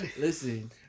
Listen